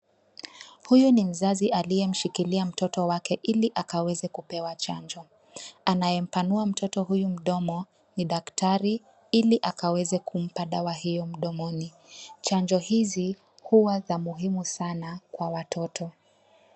Huyu ni mzazi aliyemshikilia mtoto wake ili akaweze kupewa chanjo. Anayempanua mtoto huyu mdomo ni daktari, ili akaweza kumpa dawa hio mdomoni. Chanjo hizi huwa ni muhimu sana kwa watoto.